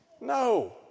No